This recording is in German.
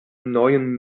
neuen